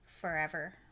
forever